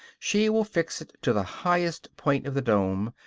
she will fix it to the highest point of the dome,